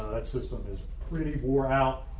that system is pretty wore out.